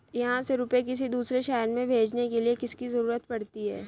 यहाँ से रुपये किसी दूसरे शहर में भेजने के लिए किसकी जरूरत पड़ती है?